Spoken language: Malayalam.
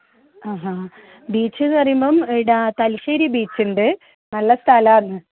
ആ ആ ബീച്ച് എന്ന് പറയുമ്പം ഡ തലശേരി ബീച്ച് ഉണ്ട് നല്ല സ്ഥലം ആയിരുന്നു